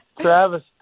Travis